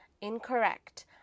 incorrect